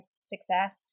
success